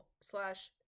slash